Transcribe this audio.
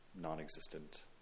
non-existent